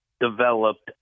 developed